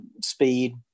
speed